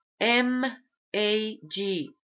M-A-G